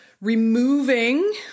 removing